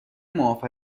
معاف